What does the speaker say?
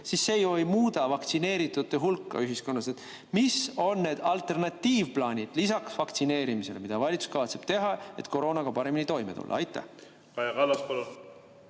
siis see ju ei muuda vaktsineeritute hulka ühiskonnas. Mis on need alternatiivplaanid lisaks vaktsineerimisele? Mida valitsus kavatseb teha, et koroonaga paremini toime tulla? Kaja